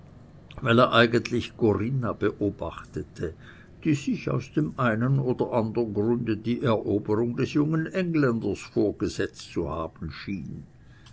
weil er eigentlich corinna beobachtete die sich aus dem einen oder andern grunde die eroberung des jungen engländers vorgesetzt zu haben schien